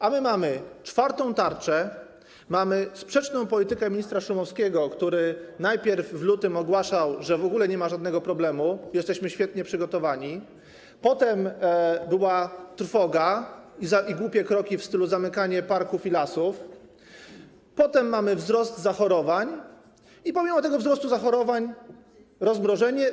A my mamy czwartą tarczę, mamy sprzeczną politykę ministra Szumowskiego, który najpierw w lutym ogłaszał, że w ogóle nie ma żadnego problemu, jesteśmy świetnie przygotowani, potem była trwoga i głupie kroki w stylu zamykania parków i lasów, później mamy wzrost zachorowań i pomimo tego wzrostu zachorowań rozmrożenie.